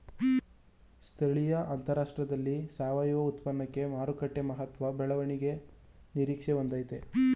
ಸ್ಥಳೀಯ ಅಂತಾರಾಷ್ಟ್ರದಲ್ಲಿ ಸಾವಯವ ಉತ್ಪನ್ನಕ್ಕೆ ಮಾರುಕಟ್ಟೆ ಮಹತ್ತರ ಬೆಳವಣಿಗೆ ನಿರೀಕ್ಷೆ ಹೊಂದಯ್ತೆ